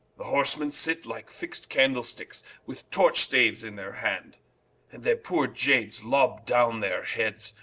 the horsemen sit like fixed candlesticks, with torch-staues in their hand and their poore iades lob downe their heads,